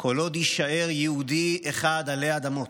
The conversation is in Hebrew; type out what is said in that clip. כל עוד יישאר יהודי אחד עלי אדמות,